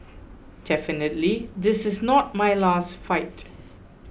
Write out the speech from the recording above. definitely this is not my last fight